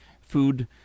food